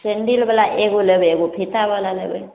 sandal वला एगो लेबै एगो फिता बला लेबै